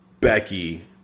Becky